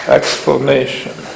explanation